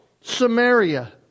Samaria